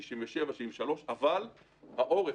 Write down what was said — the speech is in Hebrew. ב-67' וב-73' אבל העורף,